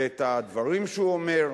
ואת הדברים שהוא אומר,